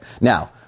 Now